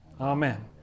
Amen